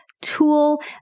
tool